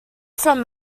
from